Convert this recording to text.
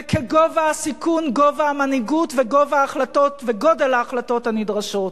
וכגובה הסיכון גובה המנהיגות וגובה ההחלטות וגודל ההחלטות הנדרשות.